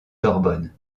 sorbonne